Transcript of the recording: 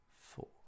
four